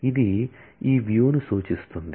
ఇది ఈ వ్యూ ను సూచిస్తుంది